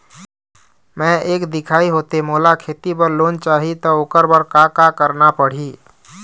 मैं एक दिखाही होथे मोला खेती बर लोन चाही त ओकर बर का का करना पड़ही?